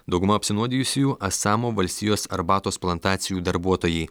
dauguma apsinuodijusiųjų asamo valstijos arbatos plantacijų darbuotojai